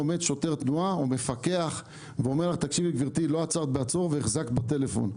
עומד שוטר תנועה או מפקח ואומר לך שלא עצרת בעצור והחזקת בטלפון.